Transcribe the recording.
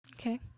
Okay